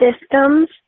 Systems